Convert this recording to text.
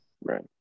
Right